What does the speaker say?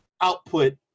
output